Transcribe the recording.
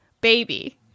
baby